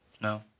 No